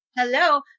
hello